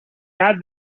had